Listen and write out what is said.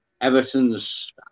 Everton's